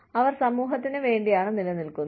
അവർ സമൂഹത്തിന് വേണ്ടിയാണ് നിലനിൽക്കുന്നത്